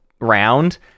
round